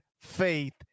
Faith